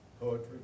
poetry